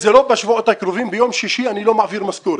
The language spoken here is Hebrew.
זה לא בשבועות הקרובים אלא ביום שישי אני לא מעביר משכורת.